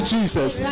Jesus